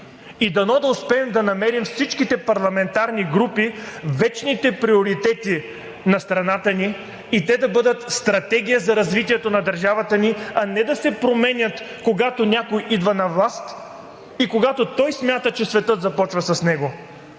Дано да успеем да намерим – всичките парламентарни групи, вечните приоритети на страната ни и те да бъдат стратегия за развитието на държавата ни, а не да се променят, когато някой идва на власт и когато той смята, че светът започва с него.